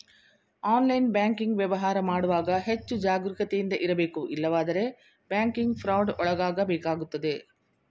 online banking ವ್ಯವಹಾರ ಮಾಡುವಾಗ ಹೆಚ್ಚು ಜಾಗರೂಕತೆಯಿಂದ ಇರಬೇಕು ಇಲ್ಲವಾದರೆ ಬ್ಯಾಂಕಿಂಗ್ ಫ್ರಾಡ್ ಒಳಗಾಗಬೇಕಾಗುತ್ತದೆ